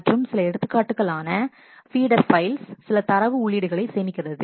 மற்றும் சில எடுத்துக்காட்டுகளான ஃபீடர் ஃபைல்ஸ் சில தரவு உள்ளீடுகளை சேமிக்கிறது